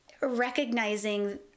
recognizing